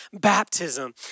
baptism